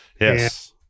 yes